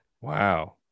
Wow